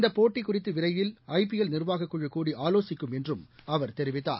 இந்தப் போட்டிகுறித்துவிரைவில் ஐபிஎல் நிர்வாகக் குழு கூடி ஆலோசிக்கும் என்றும் அவர் தெரிவித்தார்